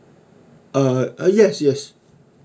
uh uh yes yes